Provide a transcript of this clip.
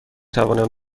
توانم